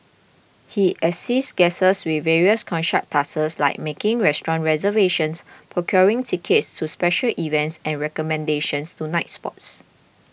he assists guests with various concierge tasks like making restaurant reservations procuring tickets to special events and recommendations to nightspots